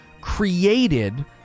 created